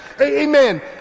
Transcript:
Amen